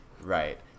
Right